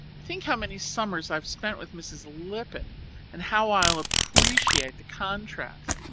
think how many summers i've spent with mrs. lippett and how i'll appreciate the contrast.